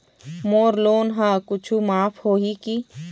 मोर loan हा कुछू माफ होही की?